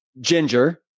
ginger